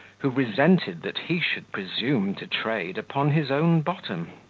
who resented that he should presume to trade upon his own bottom.